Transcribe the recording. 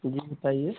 जी बताइए